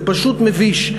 זה פשוט מביש.